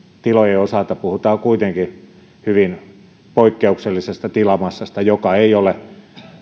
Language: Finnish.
tilojen osalta puhutaan kuitenkin hyvin poikkeuksellisesta tilamassasta joka ei ole